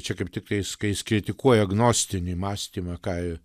čia kaip tiktais kai jis kritikuoja agnostinį mąstymą ką ir